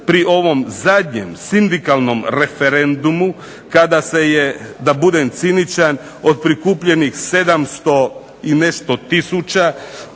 pri ovom zadnjem sindikalnom referendumu kada se je da budem ciničan od prikupljenih 700 i nešto tisuća